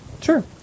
Sure